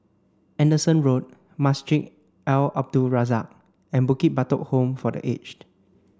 Anderson Road Masjid Al Abdul Razak and Bukit Batok Home for the Aged